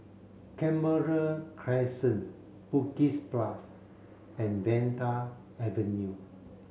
Canberra Crescent Bugis Plus and Vanda Avenue